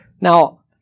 Now